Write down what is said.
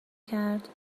کرد